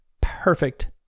perfect